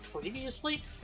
previously